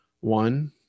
One